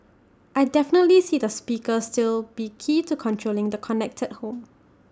I definitely see the speaker still be key to controlling the connected home